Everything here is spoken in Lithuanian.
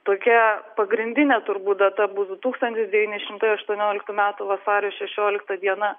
tokia pagrindinė turbūt data būtų tūkstantis devyni šimtai aštuonioliktų metų vasario šešiolikta diena